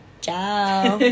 Ciao